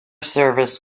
service